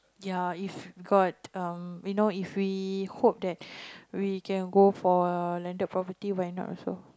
ya if got um you know if we hope that we can go for landed property why not also